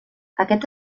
aquest